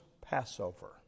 Passover